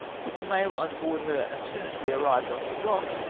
put the mail on board her as soon as we arrived off the eock,